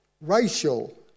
racial